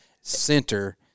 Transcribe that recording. center